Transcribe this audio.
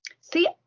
See